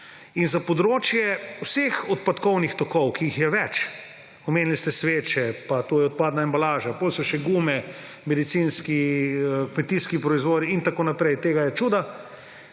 Za področje vseh odpadkovnih tokov, ki jih je več, omenili ste sveče pa tu je odpadna embalaža, potem so še gume, medicinski, kmetijski proizvodi in tako naprej. Tega je čuda.